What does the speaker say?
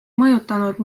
mõjutanud